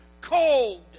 cold